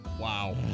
Wow